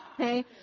Okay